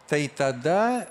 tai tada